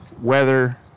weather